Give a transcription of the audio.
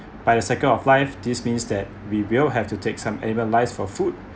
by the cycle of life this means that we will have to take some animal lives for food